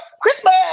Christmas